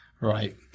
Right